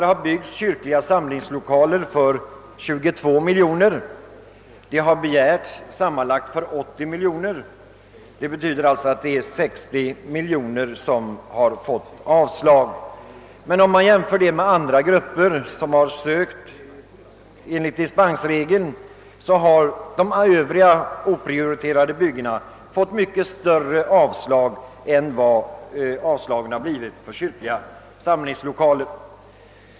Det har byggts kyrkliga samlingslokaler för 22 miljoner kronor, medan dispens har begärts för byggnader på sammanlagt 80 miljoner kronor. Det betyder att ansökningar om kyrkobyggen för 60 miljoner kronor fått avslag. Men om man jämför med dispensansök ningarna för byggen för andra ändamål, finner man att ansökningar för sådana oprioriterade byggen i mycket större utsträckning drabbats av avslag än vad fallet är med ansökningarna för kyrkliga samlingslokaler.